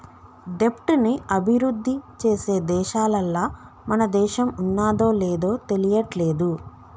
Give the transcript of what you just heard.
దెబ్ట్ ని అభిరుద్ధి చేసే దేశాలల్ల మన దేశం ఉన్నాదో లేదు తెలియట్లేదు